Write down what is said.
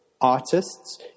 artists